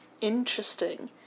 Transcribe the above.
Interesting